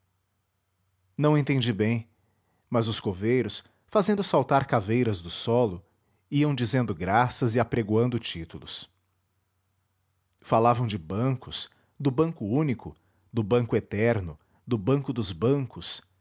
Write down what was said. não entendi bem mas os coveiros fazendo saltar caveiras do solo iam dizendo graças e apregoando títulos falavam de bancos do banco único do banco eterno do banco dos bancos